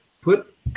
put